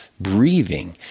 breathing